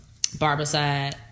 barbicide